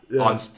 on